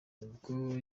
ubwo